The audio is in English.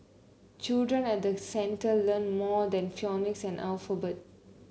children at the centre learn more than phonics and the alphabet